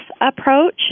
approach